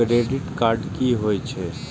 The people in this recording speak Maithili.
क्रेडिट कार्ड की होई छै?